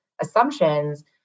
assumptions